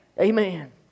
amen